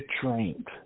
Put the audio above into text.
trained